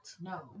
No